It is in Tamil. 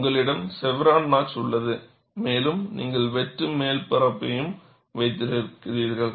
உங்களிடம் செவ்ரான் நாட்ச் உள்ளது மேலும் நீங்கள் வெட்டு மேல் மேற்பரப்பையும் வைத்திருக்கிறீர்கள்